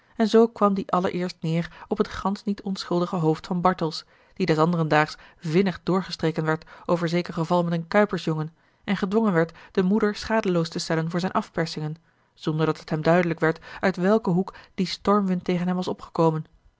en zoo kwam die allereerst neêr op het gansch niet onschuldige hoofd van bartels die des anderen daags vinnig doorgestreken werd over zeker geval met een kuipersjongen en gedwongen werd de moeder schadeloos te stellen voor zijne afpersingen zonderdat het hem duidelijk werd uit welken hoek die stormwind tegen hem was opgekomen